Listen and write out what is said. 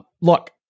Look